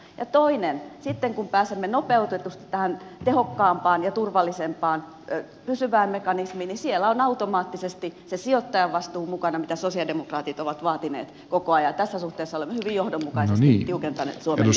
ja sitten kun pääsemme nopeutetusti tähän tehokkaampaan ja turvallisempaan pysyvään mekanismiin siellä on automaattisesti se sijoittajavastuu mukana jota sosialidemokraatit ovat vaatineet koko ajan ja tässä suhteessa olemme hyvin johdonmukaisesti tiukentaneet suomen linjaa